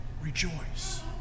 Rejoice